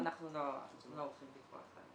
לא, אנחנו לא עורכים בדיקות כאלה.